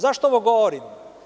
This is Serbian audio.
Zašto ovo govorim?